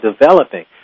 developing